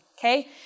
Okay